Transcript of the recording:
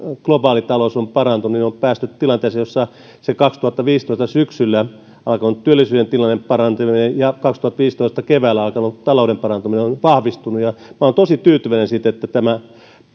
globaali talous on parantunut niin on päästy tilanteeseen jossa se kaksituhattaviisitoista syksyllä alkanut työllisyyden tilanteen parantuminen ja kaksituhattaviisitoista keväällä alkanut talouden parantuminen ovat vahvistuneet ja minä olen tosi tyytyväinen siitä että tämä